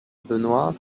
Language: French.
benoît